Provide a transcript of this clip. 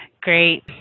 Great